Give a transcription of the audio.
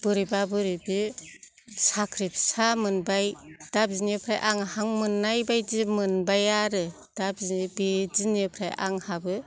बोरैबा बोरैबि साख्रि फिसा मोनबाय दा बिनिफ्राय आं हां मोननाय बायदि मोनबाय आरो दा बि बे दिननिफ्राय आंहाबो